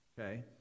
Okay